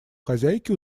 хозяйки